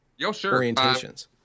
orientations